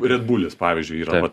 redbulis pavyzdžiui yra